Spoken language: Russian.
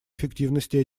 эффективности